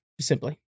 simply